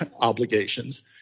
obligations